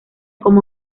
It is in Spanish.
como